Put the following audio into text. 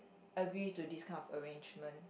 agree to this kind of arrangement